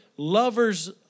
Lovers